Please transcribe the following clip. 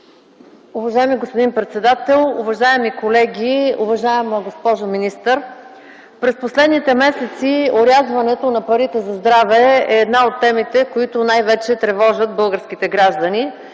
Уважаеми господин председател, уважаеми колеги, уважаема госпожо министър! През последните месеци орязването на парите за здраве е една от темите, която най-вече тревожат българските граждани,